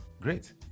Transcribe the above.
Great